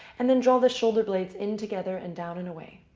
and then draw the shoulder blades in together, and down and away.